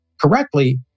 correctly